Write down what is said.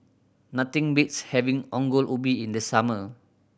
nothing beats having Ongol Ubi in the summer